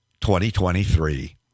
2023